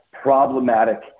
problematic